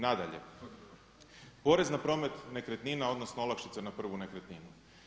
Nadalje, porez na promet nekretnina odnosno olakšica na prvu nekretninu.